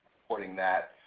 supporting that.